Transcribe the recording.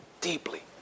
deeply